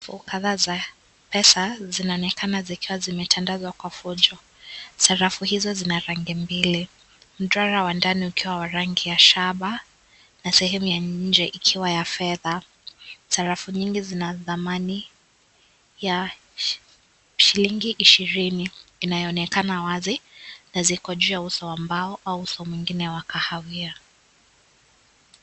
Fungo kadhaa za pesa zinaonekana zikiwa zimetandazwa kwa fujo. Sarafu hizo zina rangi mbili. Wa ndani iikiwa na rangi ya shaba na sehemu ya nje ikiwa ya fedha, sarafu nyingi zina dhamani ya shilingi ishirini inayoonekana wazi na ziko juu wa uso wa mbao au uso mwingine wa kahawia.